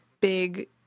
big